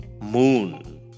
moon